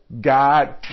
God